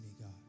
God